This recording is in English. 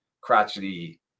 crotchety